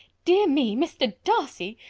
dear me! mr. darcy!